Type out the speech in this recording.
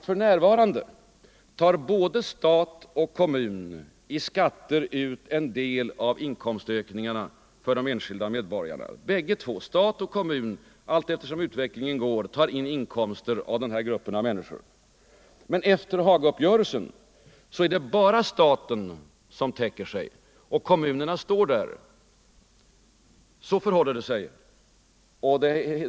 För närvarande tar både stat och kommun i skatter ut en del av inkomstökningarna för de enskilda medborgarna. Men efter Hagaöverenskommelsen är det bara staten som täcker sig för de ökade utgifterna.